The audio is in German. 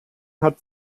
hat